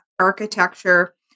architecture